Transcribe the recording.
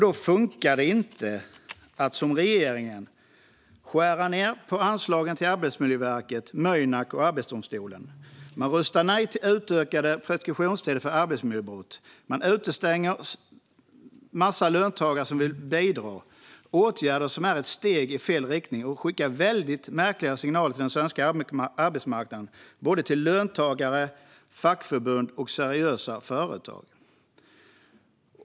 Då funkar det inte att som regeringen skära ned på anslagen till Arbetsmiljöverket, Mynak och Arbetsdomstolen, rösta nej till utökade preskriptionstider för arbetsmiljöbrott och utestänga massor av löntagare som vill bidra. Det är åtgärder som är ett steg i fel riktning och skickar väldigt märkliga signaler till den svenska arbetsmarknaden, både till löntagare och fackförbund och till seriösa företag.